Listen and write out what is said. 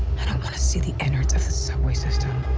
i don't want to see the innards of the subway system.